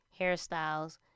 hairstyles